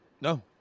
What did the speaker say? No